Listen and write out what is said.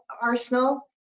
arsenal